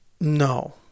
no